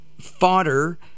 fodder